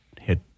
hit